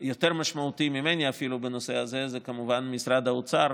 יותר משמעותי ממני אפילו בנושא הזה זה כמובן משרד האוצר,